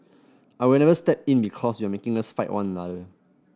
I will never step in because you are making us fight one another